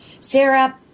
Sarah